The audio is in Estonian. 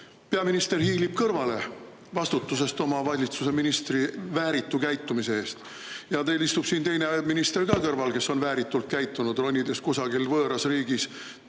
Peaminister hiilib kõrvale vastutusest oma valitsuse ministri vääritu käitumise eest. Ja teil istub siin teine minister ka kõrval, kes on vääritult käitunud, ronides kusagil võõras riigis